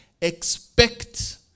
expect